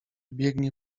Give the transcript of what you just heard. biegnie